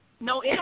No